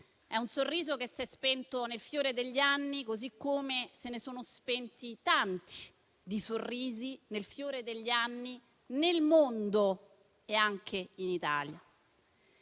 È un sorriso che si è spento nel fiore degli anni, così come se ne sono spenti tanti di sorrisi nel fiore degli anni, nel mondo e anche in Italia.